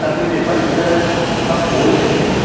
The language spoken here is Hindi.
सर मुझे बन प्लस का फ़ोन चाहिए था